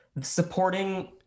Supporting